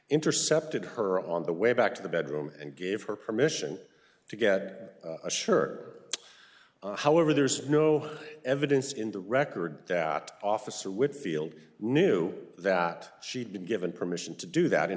intercepted her on the way back to the bedroom and gave her permission to get a shirt however there's no evidence in the record that officer whitfield knew that she had been given permission to do that in